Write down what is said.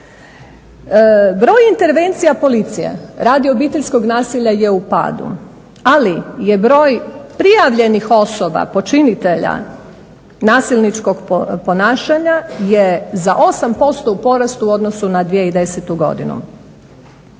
Broj intervencija policije radi obiteljskog nasilja je u padu, ali je broj prijavljenih osoba, počinitelja nasilničkog ponašanja je za 8% u porastu u odnosu na 2010. godinu.